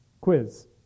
quiz